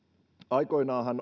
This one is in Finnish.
aikoinaanhan